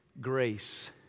grace